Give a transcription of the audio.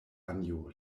anjo